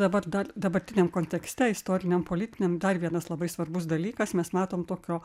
dabar dar dabartiniam kontekste istoriniam politiniam dar vienas labai svarbus dalykas mes matom tokio